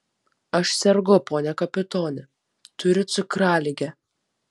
aš sergu pone kapitone turiu cukraligę